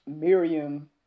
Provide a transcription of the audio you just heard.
Miriam